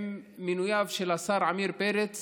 עם מינויו של השר עמיר פרץ